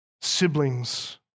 siblings